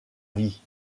vie